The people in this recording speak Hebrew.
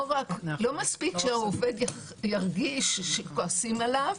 לא מספיק שהעובד ירגיש שכועסים עליו.